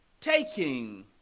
taking